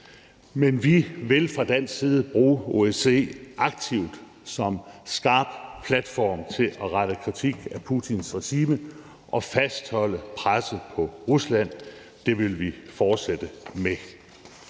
Men vi vil fra dansk side bruge OSCE aktivt som skarp platform til at rette kritik af Putins regime og fastholde presset på Rusland. Det vil vi fortsætte med.